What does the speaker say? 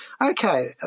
Okay